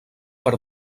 per